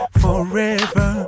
forever